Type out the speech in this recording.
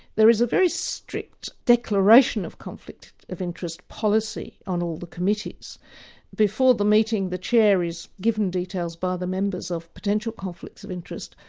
there is a very strict declaration of conflict of interest policy on all the committees before the meeting the chair is given details by the members of potential conflicts of interest.